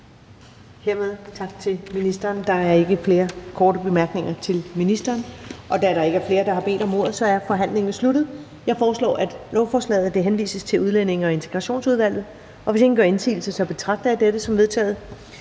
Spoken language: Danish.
siger vi tak til ministeren. Der er ikke flere korte bemærkninger til ministeren. Da der ikke er flere, der har bedt om ordet, er forhandlingen sluttet. Jeg foreslår, at lovforslaget henvises til Udlændinge- og Integrationsudvalget. Hvis ingen gør indsigelse, betragter jeg dette som vedtaget.